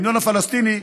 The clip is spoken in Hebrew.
ההמנון הפלסטיני,